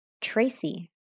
Tracy